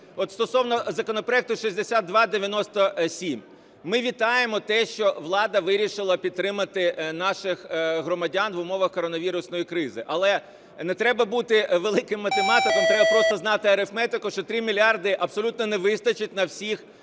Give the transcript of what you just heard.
стосовно законопроекту 6297. Ми вітаємо те, що влада вирішила підтримати наших громадян в умовах коронавірусної кризи. Але не треба бути великим математиком, треба просто знати арифметику, що трьох мільярдів абсолютно не вистачить на всіх